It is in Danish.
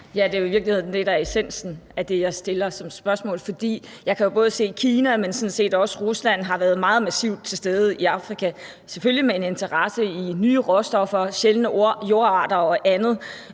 der er essensen i det spørgsmål, jeg stiller. For jeg kan jo se, at både Kina – men sådan set også Rusland – har været meget massivt til stede i Afrika, selvfølgelig med en interesse i nye råstoffer og sjældne jordarter og andet;